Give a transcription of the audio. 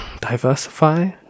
diversify